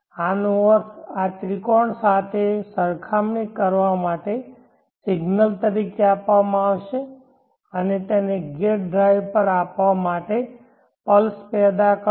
આનો અર્થ આ ત્રિકોણ સાથે સરખામણી કરવા માટેના સિગ્નલ તરીકે આપવામાં આવશે અને તેને ગેટ ડ્રાઇવ પર આપવા માટે પલ્સ પેદા કરશે